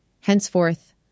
Henceforth